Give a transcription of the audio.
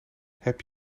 heb